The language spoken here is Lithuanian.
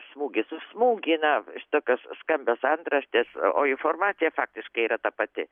smūgis už smūgį na šitokios skambios antraštės o informacija faktiškai yra ta pati